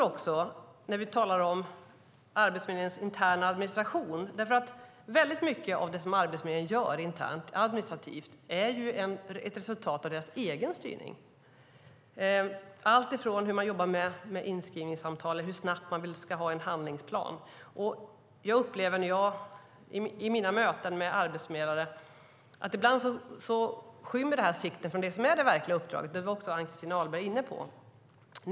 Mycket av det som Arbetsförmedlingen gör internt administrativt är ett resultat av deras egen styrning. Det handlar om alltifrån hur man jobbar med inskrivningssamtal till hur snabbt man ska ha en handlingsplan. Jag upplever i mina möten med arbetsförmedlare att det här ibland skymmer sikten mot det verkliga uppdraget, som också Ann-Christin Ahlberg var inne på.